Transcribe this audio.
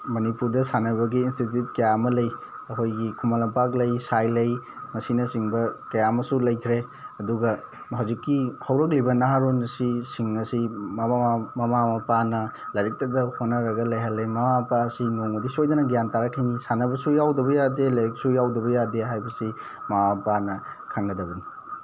ꯃꯅꯤꯄꯨꯔꯗ ꯁꯥꯟꯅꯕꯒꯤ ꯏꯟꯁꯇꯤꯇꯤꯎꯠ ꯀꯌꯥ ꯑꯃ ꯂꯩ ꯑꯩꯈꯣꯏꯒꯤ ꯈꯨꯃꯟ ꯂꯝꯄꯥꯛ ꯂꯩ ꯁꯥꯏ ꯂꯩ ꯃꯁꯤꯅꯆꯤꯡꯕ ꯀꯌꯥ ꯑꯃꯁꯨ ꯂꯩꯈ꯭ꯔꯦ ꯑꯗꯨꯒ ꯍꯧꯖꯤꯛꯀꯤ ꯍꯧꯔꯛꯂꯤꯕ ꯅꯍꯥꯔꯣꯟ ꯑꯁꯤ ꯁꯤꯡ ꯑꯁꯤ ꯃꯃꯥ ꯃꯄꯥꯅ ꯂꯥꯏꯔꯤꯛꯇꯗ ꯍꯣꯠꯅꯔꯒ ꯂꯩꯍꯜꯂꯦ ꯃꯃꯥ ꯃꯄꯥ ꯑꯁꯤ ꯅꯣꯡꯃꯗꯤ ꯁꯣꯏꯗꯅ ꯒ꯭ꯌꯥꯟ ꯇꯥꯔꯛꯈꯤꯅꯤ ꯁꯥꯟꯅꯕꯁꯨ ꯌꯥꯎꯗꯕ ꯌꯥꯗꯦ ꯂꯥꯏꯔꯤꯛꯁꯨ ꯌꯥꯎꯗꯕ ꯌꯥꯗꯦ ꯍꯥꯏꯕꯁꯤ ꯃꯃꯥ ꯃꯄꯥꯅ ꯈꯪꯒꯗꯕꯅꯤ